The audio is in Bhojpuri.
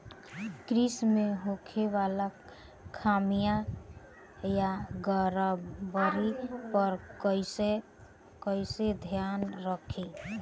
कृषि में होखे वाला खामियन या गड़बड़ी पर कइसे ध्यान रखि?